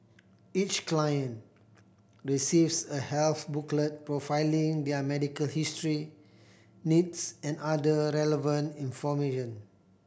each client receives a health booklet profiling their medical history needs and other relevant information